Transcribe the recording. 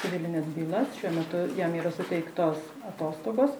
civilines bylas šiuo metu jam yra suteiktos atostogos